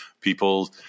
people